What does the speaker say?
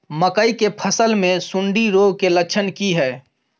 मकई के फसल मे सुंडी रोग के लक्षण की हय?